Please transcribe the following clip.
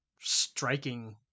striking